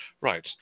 Right